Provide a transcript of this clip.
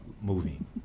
moving